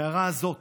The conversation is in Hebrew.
המערה הזאת